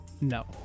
No